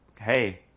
hey